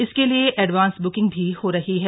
इसके लिए advance booking भी हो रही है